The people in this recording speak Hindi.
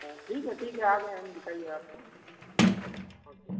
हाँ ठीक है ठीक है आ गए हम दिखाइए आप तो हाँ ओके